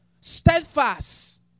Steadfast